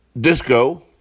disco